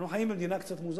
אנחנו חיים במדינה קצת מוזרה,